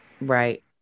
Right